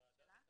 זה הערת נוסח.